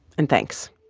and thanks